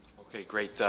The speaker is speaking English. okay, great,